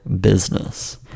business